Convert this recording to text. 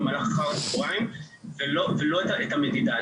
במהלך אחר הצוהריים ולא את המדידה.